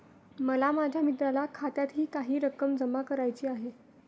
मला माझ्या मित्राच्या खात्यातही काही रक्कम जमा करायची आहे